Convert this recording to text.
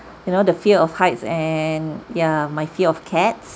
you know the fear of heights and ya my fear of cats